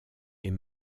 est